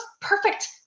Perfect